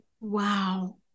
Wow